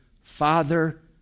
father